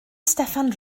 steffan